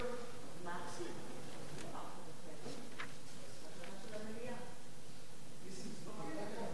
הנושא לוועדה המיוחדת לפניות הציבור נתקבלה.